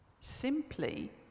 Simply